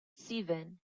sieben